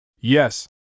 Yes